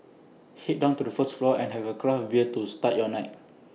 Head down to the first floor and have A craft bear to start your night